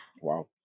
Wow